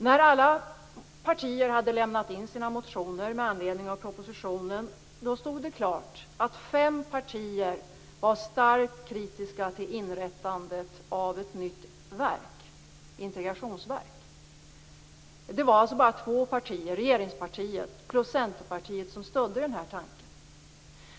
När alla partier hade lämnat in sina motioner med anledning av propositionen stod det klart att fem partier var starkt kritiska till inrättandet av ett nytt integrationsverk. Det var alltså bara två partier, regeringspartiet plus Centerpartiet, som stödde tanken.